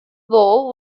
war